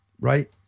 right